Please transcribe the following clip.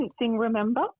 remember